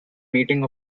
meeting